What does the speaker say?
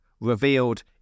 revealed